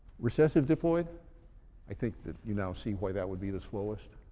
recessive diploid i think that you now see why that would be the slowest.